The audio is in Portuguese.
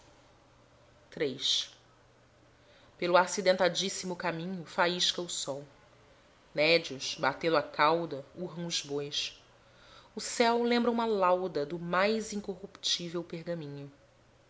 obscura planta pelo acidentalíssimo caminho faísca o sol nédios batendo a cauda urram os bois o céu lembra uma lauda do mais incorruptível pergaminho